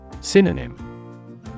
Synonym